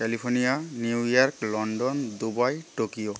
California New York London Dubai Tokyo